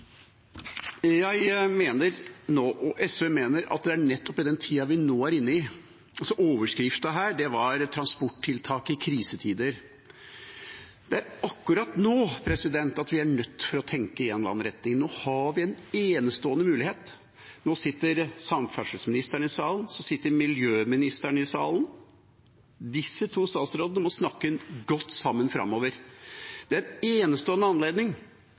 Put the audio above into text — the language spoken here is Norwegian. jeg og SV mener at det er nettopp i tida vi nå er inne i, vi er nødt til å tenke gjennom retningen. Nå har vi en enestående mulighet. Nå sitter samferdselsministeren og miljøministeren i salen, disse to statsrådene må snakke godt sammen framover. Det er en enestående anledning